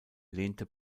lehnte